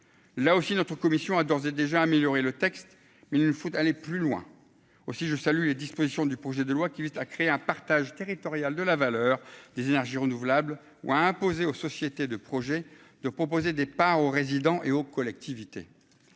là aussi notre commission a d'ores et déjà améliorer le texte, il ne faut aller plus loin, aussi je salue les dispositions du projet de loi qui vise à créer un partage territorial de la valeur des énergies renouvelables ou imposer aux sociétés de projets de proposer des parts aux résidents et aux collectivités,